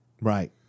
Right